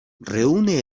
reúne